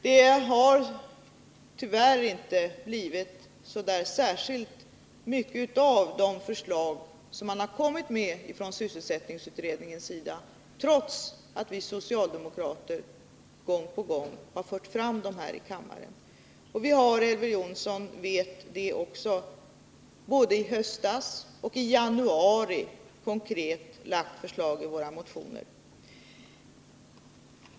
Det har tyvärr inte blivit särskilt mycket av de förslag som sysselsättningsutredningen kommit med, trots att vi socialdemokrater gång på gång fört fram förslagen i kammaren. Vi har — och det vet Elver Jonsson också — både i höstas och i januari i år lagt fram konkreta förslag i våra motioner.